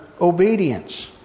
obedience